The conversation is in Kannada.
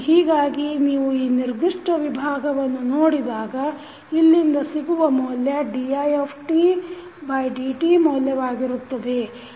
ಹೀಗಾಗಿ ನೀವು ಈ ನಿರ್ದಿಷ್ಟ ವಿಭಾಗವನ್ನು ನೋಡಿದಾಗ ಇಲ್ಲಿಂದ ಸಿಗುವ ಮೌಲ್ಯ didt ಮೌಲ್ಯವಾಗಿರುತ್ತದೆ